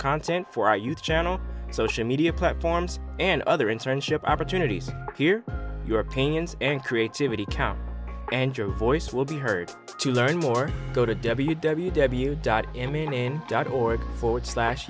content for our youth channel social media platforms and other internship opportunities here your opinions and creativity count and your voice will be heard to learn more go to w w w dot him in dot org forward slash